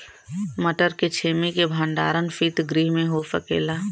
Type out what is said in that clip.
मटर के छेमी के भंडारन सितगृह में हो सकेला?